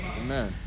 Amen